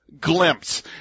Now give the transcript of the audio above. Glimpse